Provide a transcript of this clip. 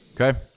Okay